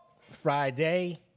Friday